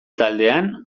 taldean